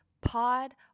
Pod